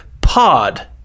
pod